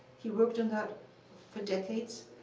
he worked on that for decades.